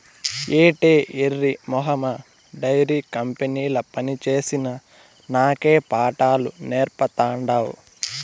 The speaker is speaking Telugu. ఏటే ఎర్రి మొహమా డైరీ కంపెనీల పనిచేసిన నాకే పాఠాలు నేర్పతాండావ్